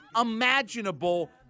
imaginable